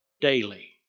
daily